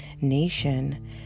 nation